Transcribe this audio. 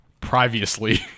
previously